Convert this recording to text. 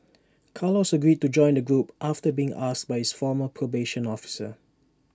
Carlos agreed to join the group after being asked by his former probation officer